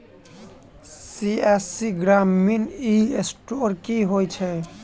CSC Grameen e store की होइ छै?